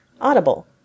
Audible